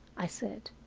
i said.